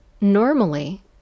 Normally